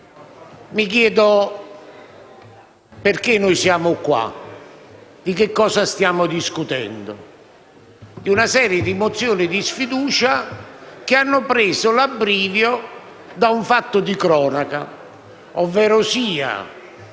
Mi chiedo perché noi siamo qui. Di cosa stiamo discutendo? Di una serie di mozioni di sfiducia che hanno preso l'abbrivio da un fatto di cronaca, ovverosia